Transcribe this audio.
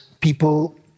people